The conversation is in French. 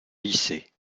lycée